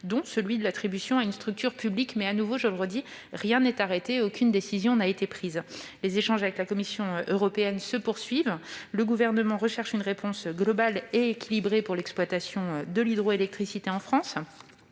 dont celui de l'attribution à une structure publique. Mais, j'insiste, rien n'est arrêté et aucune décision n'a été prise. Les échanges avec la Commission européenne se poursuivent. Le Gouvernement recherche une réponse globale et équilibrée pour l'exploitation de l'hydroélectricité en France.